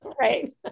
Right